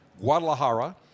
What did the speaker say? Guadalajara